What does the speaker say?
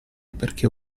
perché